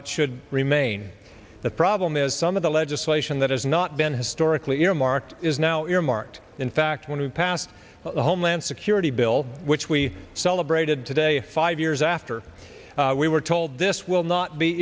it should remain the problem is some of the legislation that has not been historically earmarked is now earmarked in fact when we passed the homeland security bill which we celebrated today five years after we were told this will not be